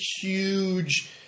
huge